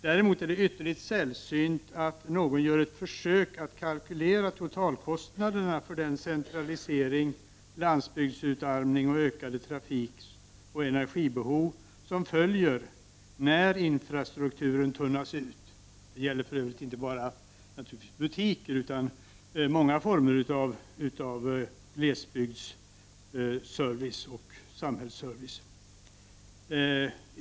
Däremot är det ytterligt sällsynt att någon gör ett försök att kalkylera totalkostnaderna för den centralisering, den landsbygdsutarmning och det ökade trafikoch energibehov som följer när infrastrukturen tunnas ut. Det gäller för övrigt naturligtvis inte bara butiker, utan många former av samhällsservice.